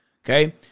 Okay